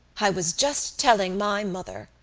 i was just telling my mother,